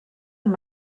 amb